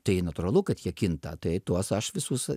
tai natūralu kad jie kinta tai tuos aš visus